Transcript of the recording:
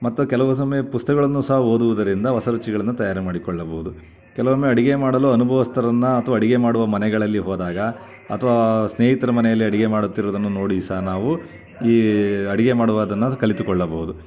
ಮತ್ತು ಕೆಲವು ಸಮಯ ಪುಸ್ತಕಗಳನ್ನೂ ಸಹ ಓದುವುದರಿಂದ ಹೊಸ ರುಚಿಗಳನ್ನು ತಯಾರಿ ಮಾಡಿಕೊಳ್ಳಬಹುದು ಕೆಲವೊಮ್ಮೆ ಅಡಿಗೆ ಮಾಡಲು ಅನುಭವಸ್ಥರನ್ನು ಅಥ್ವಾ ಅಡಿಗೆ ಮಾಡುವ ಮನೆಗಳಲ್ಲಿ ಹೋದಾಗ ಅಥವಾ ಸ್ನೇಹಿತ್ರ ಮನೆಯಲ್ಲಿ ಅಡಿಗೆ ಮಾಡುತ್ತಿರುವುದನ್ನು ನೋಡಿ ಸಹ ನಾವು ಈ ಅಡಿಗೆ ಮಾಡುವುದನ್ನ ಕಲಿತುಕೊಳ್ಳಬಹುದು